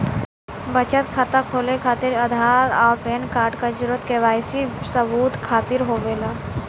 बचत खाता खोले खातिर आधार और पैनकार्ड क जरूरत के वाइ सी सबूत खातिर होवेला